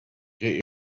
get